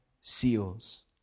seals